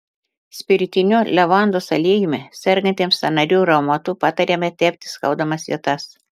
spiritiniu levandos aliejumi sergantiems sąnarių reumatu patariama tepti skaudamas vietas